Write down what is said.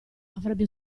avrebbe